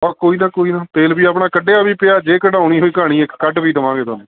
ਹਾਂ ਕੋਈ ਨਾ ਕੋਈ ਤੇਲ ਵੀ ਆਪਣਾ ਕੱਢਿਆ ਵੀ ਪਿਆ ਜੇ ਕਢਾਉਣੀ ਹੋਈ ਘਾਣੀ ਇੱਕ ਕੱਢ ਵੀ ਦੇਵਾਂਗੇ ਤੁਹਾਨੂੰ